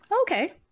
Okay